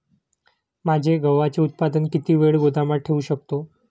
माझे गव्हाचे उत्पादन किती वेळ गोदामात ठेवू शकतो?